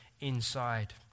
inside